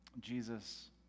Jesus